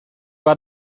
war